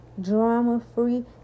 drama-free